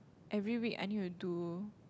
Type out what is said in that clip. every week I need to do